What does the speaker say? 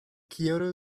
kyoto